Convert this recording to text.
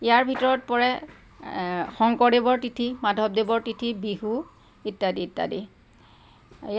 ইয়াৰ ভিতৰত পৰে শংকৰদেৱৰ তিথি মাধৱদেৱৰ তিথি বিহু ইত্যাদি ইত্যাদি